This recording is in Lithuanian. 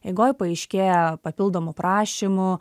eigoj paaiškėja papildomų prašymų